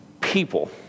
people